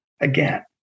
again